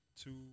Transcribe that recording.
two